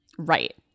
Right